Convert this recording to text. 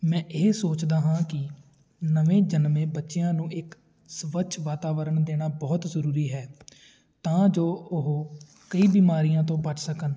ਮੈਂ ਇਹ ਸੋਚਦਾ ਹਾਂ ਕਿ ਨਵੇਂ ਜਨਮੇ ਬੱਚਿਆਂ ਨੂੰ ਇੱਕ ਸਵੱਛ ਵਾਤਾਵਰਨ ਦੇਣਾ ਬਹੁਤ ਜ਼ਰੂਰੀ ਹੈ ਤਾਂ ਜੋ ਉਹ ਕਈ ਬਿਮਾਰੀਆਂ ਤੋਂ ਬਚ ਸਕਣ